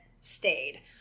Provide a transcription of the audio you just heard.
stayed